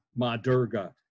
Madurga